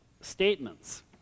statements